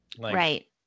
Right